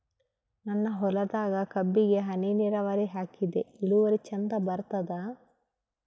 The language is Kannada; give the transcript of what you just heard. ನನ್ನ ಹೊಲದಾಗ ಕಬ್ಬಿಗಿ ಹನಿ ನಿರಾವರಿಹಾಕಿದೆ ಇಳುವರಿ ಚಂದ ಬರತ್ತಾದ?